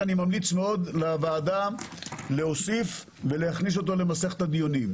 שאני ממליץ לוועדה להוסיף למסכת הדיונים.